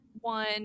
one